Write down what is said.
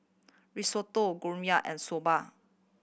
Risotto Gyudon and Soba